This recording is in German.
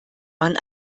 man